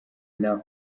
n’aho